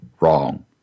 Wrong